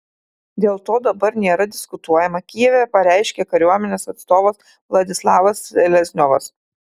dėl to dabar nėra diskutuojama kijeve pareiškė kariuomenės atstovas vladislavas selezniovas